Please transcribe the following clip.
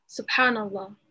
SubhanAllah